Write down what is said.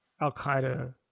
Al-Qaeda